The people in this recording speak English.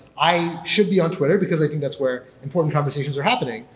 i should be on twitter, because i think that's where important conversations are happening,